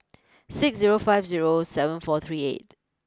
six zero five zero seven four three eight